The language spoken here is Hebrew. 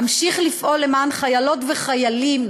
אמשיך לפעול למען חיילות וחיילים